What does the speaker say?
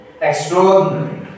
extraordinary